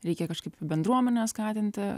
reikia kažkaip bendruomenę skatinti